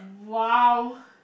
!wow!